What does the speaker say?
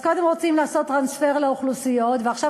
אז קודם רוצים לעשות טרנספר לאוכלוסיות ועכשיו